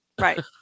right